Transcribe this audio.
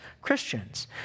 Christians